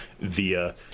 via